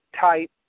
type